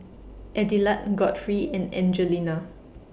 Adelard Godfrey and Angelina